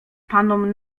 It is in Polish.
panom